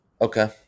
Okay